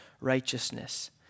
righteousness